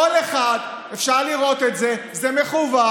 כל אחד, אפשר לראות את זה, זה מכוון,